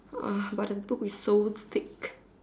uh but the book is so thick